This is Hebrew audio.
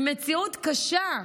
ממציאות קשה,